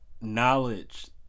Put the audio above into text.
knowledge